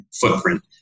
footprint